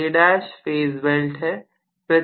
यह A' phase belt है